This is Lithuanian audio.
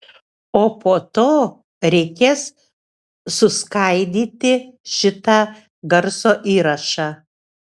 o po to reikės suskaidyti šitą garso įrašą